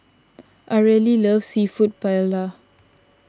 Areli loves Seafood Paella